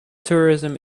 tourism